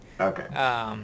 okay